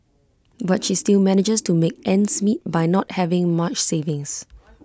but she still manages to make ends meet by not having much savings